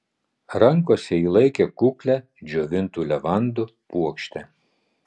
rankose ji laikė kuklią džiovintų levandų puokštę